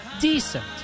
decent